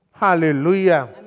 Hallelujah